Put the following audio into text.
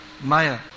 Maya